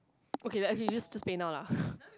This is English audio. okay just just play now lah